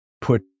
put